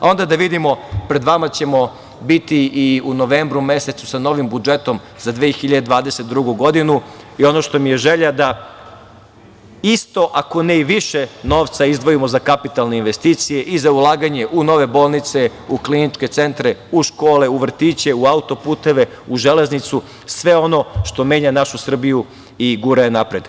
Pred vama ćemo biti i u novembru mesecu sa novim budžetom za 2022. godinu i ono što mi je želja, isto, ako ne i više novca izdvojimo za kapitalne investicije i za ulaganje u nove bolnice, u kliničke centre, u škole, u vrtiće, u autoputeve, u železnicu, sve ono što menja našu Srbiju i gura je napred.